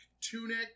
tunic